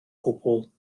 gwbl